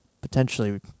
potentially